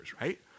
right